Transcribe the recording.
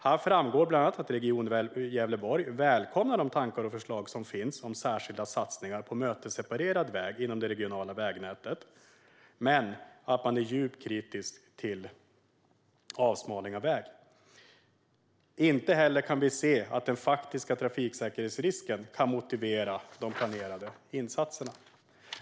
Det framgår bland annat att Region Gävleborg välkomnar de tankar och förslag som finns om särskilda satsningar på mötesseparerad väg inom det regionala vägnätet men att man är djupt kritisk till avsmalning av väg. Man skriver vidare: Inte heller kan vi se att den faktiska trafiksäkerhetsrisken kan motivera de planerade insatserna.